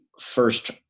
first